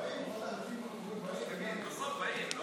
אנחנו רואים בו קרן אור באפלה.